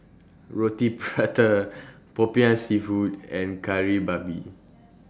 Roti Prata Popiah Seafood and Kari Babi